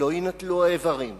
לא יינטלו האיברים.